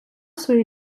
своїх